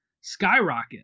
skyrocket